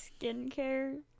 skincare